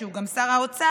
שהוא גם שר האוצר,